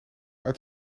uit